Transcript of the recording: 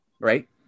right